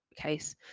case